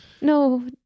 No